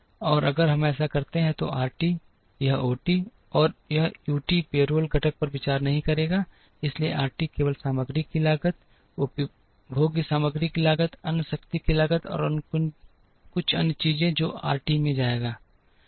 और अगर हम ऐसा करते हैं तो यह RT यह OT और यह U t पेरोल घटक पर विचार नहीं करेगा इसलिए यह RT केवल सामग्री की लागत उपभोग्य सामग्रियों की लागत अन्य शक्ति की लागत और कुछ अन्य चीजों जो आर टी में जाएगा